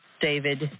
David